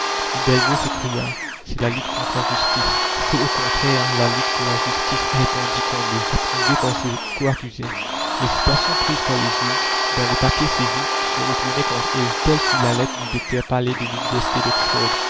c'est la lutte contre la justice c'est au contraire la lutte pour la justice répondit combault approuvé par ses coaccusés les citations prises par les juges dans les papiers saisis se retournaient contre eux telle fut la lettre du docteur pallay de